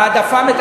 העדפה מתקנת.